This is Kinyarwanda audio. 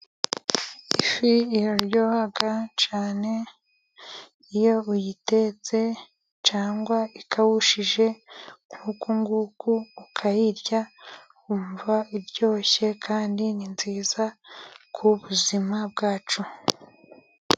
Ifi iraryoha cyane iyo uyitetse, cyangwa ikawushije nk'uku nguku ukayirya, wumva iryoshye kandi ni nziza ku buzima bwacu.